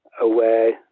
away